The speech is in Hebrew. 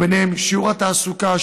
ובהם שיעור התעסוקה,